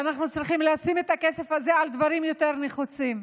ואנחנו צריכים לשים את הכסף הזה על דברים יותר נחוצים.